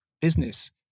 business